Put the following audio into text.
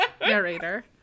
narrator